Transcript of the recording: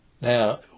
Now